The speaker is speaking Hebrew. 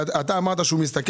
אתה אמרת שהוא מסתכל